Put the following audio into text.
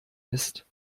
ist